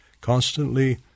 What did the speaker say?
constantly